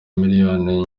miliyoni